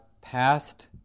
past